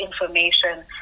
information